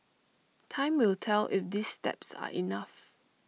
time will tell if these steps are enough